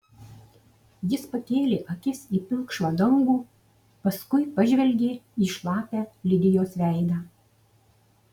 jis pakėlė akis į pilkšvą dangų paskui pažvelgė į šlapią lidijos veidą